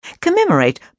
Commemorate